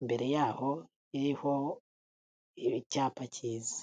imbere yaho, iriho icyapa cyiza.